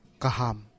kaham